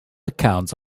account